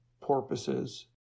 porpoises